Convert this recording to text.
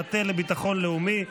המטה לביטחון לאומי,